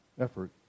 effort